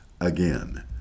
again